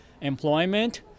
employment